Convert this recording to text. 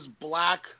Black